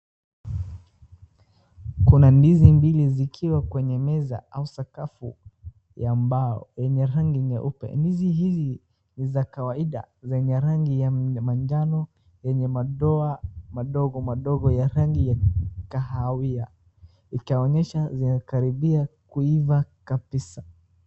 Kuna ndizi mbili zikiwa kwenye meza au sakafu ya mbao yenye rangi nyeupe. Ndizi hizi za kawaida zenye rangi ya manjano yenye madoa madogo madogo ya rangi ya kahawia. Ikaonyesha zinakaribia kuiva kabisa.